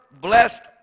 blessed